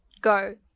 Go